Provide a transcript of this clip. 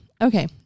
Okay